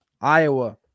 Iowa –